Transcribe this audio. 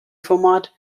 format